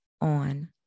on